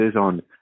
on